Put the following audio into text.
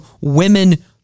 women